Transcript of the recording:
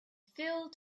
filled